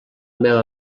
meva